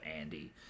andy